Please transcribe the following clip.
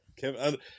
Kevin